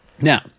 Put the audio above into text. Now